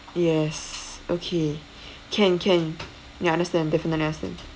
yes okay can can ya understand definitely understand